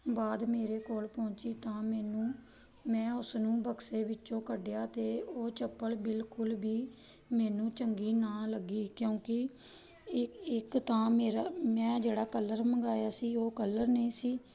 ਬਾਅਦ ਮੇਰੇ ਕੋਲ ਪਹੁੰਚੀ ਤਾਂ ਮੈਨੂੰ ਮੈਂ ਉਸ ਨੂੰ ਬਕਸੇ ਵਿੱਚੋਂ ਕੱਢਿਆ ਅਤੇ ਉਹ ਚੱਪਲ ਬਿਲਕੁਲ ਵੀ ਮੈਨੂੰ ਚੰਗੀ ਨਾ ਲੱਗੀ ਕਿਉਂਕਿ ਇਹ ਇੱਕ ਤਾਂ ਮੇਰਾ ਮੈਂ ਜਿਹੜਾ ਕਲਰ ਮੰਗਵਾਇਆ ਸੀ ਉਹ ਕਲਰ ਨਹੀਂ ਸੀ